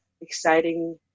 exciting